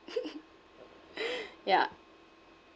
ya